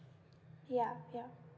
ya ya